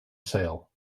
sale